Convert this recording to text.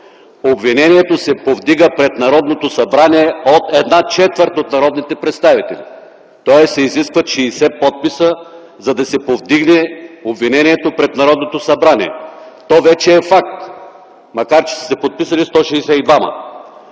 обвинението се повдига пред Народното събрание от една четвърт от народните представители. Тоест изискват се 60 подписа, за да се повдигне обвинението пред Народното събрание. То вече е факт, макар че са се подписали 162-ма,